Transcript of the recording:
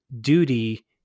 duty